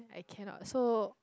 I cannot so